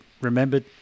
remembered